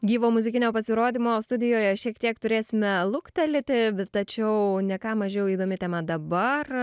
gyvo muzikinio pasirodymo studijoje šiek tiek turėsime luktelėti tačiau ne ką mažiau įdomi tema dabar